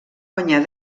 guanyar